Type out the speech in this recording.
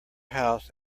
house